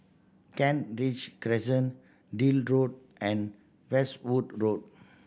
Kent Ridge Crescent Deal Road and Westwood Road